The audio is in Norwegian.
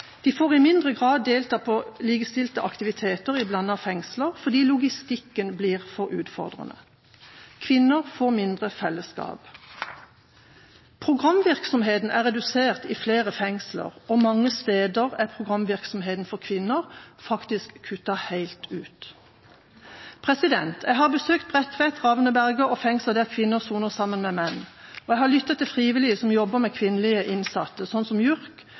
De får i mindre grad delta på likestilte aktiviteter i blandede fengsler fordi logistikken blir for utfordrende. Kvinner får mindre fellesskap. Programvirksomheten er redusert i flere fengsler, og mange steder er programvirksomheten for kvinner faktisk kuttet helt ut. Jeg har besøkt Bredtveit, Ravneberget og fengsler der kvinner soner sammen med menn, og jeg har lyttet til frivillige som arbeider med kvinnelige innsatte, som JURK,